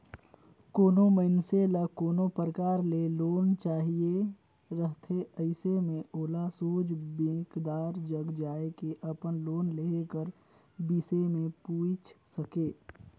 कोनो मइनसे ल कोनो परकार ले लोन चाहिए रहथे अइसे में ओला सोझ बेंकदार जग जाए के अपन लोन लेहे कर बिसे में पूइछ सके